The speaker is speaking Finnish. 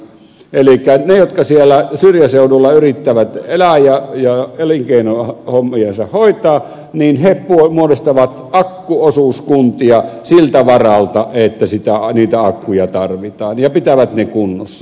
elikkä ne jotka siellä syrjäseudulla yrittävät elää ja elinkeinohommiansa hoitaa muodostavat akkuosuuskuntia siltä varalta että niitä akkuja tarvitaan ja pitävät ne kunnossa